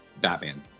Batman